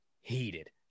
heated